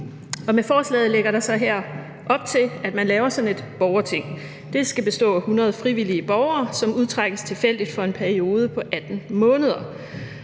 Med forslaget lægges der her op til, at man laver sådan et borgerting. Det skal bestå af 100 frivillige borgere, som udtrækkes tilfældigt for en periode på 18 måneder.